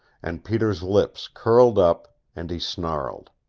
and peter's lips curled up, and he snarled.